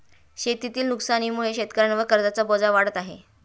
शेतीतील नुकसानीमुळे शेतकऱ्यांवर कर्जाचा बोजा वाढत आहे